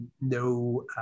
no